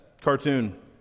cartoon